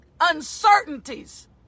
uncertainties